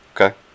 Okay